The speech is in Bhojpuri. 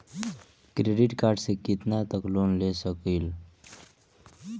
क्रेडिट कार्ड से कितना तक लोन ले सकईल?